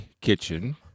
kitchen